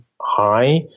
high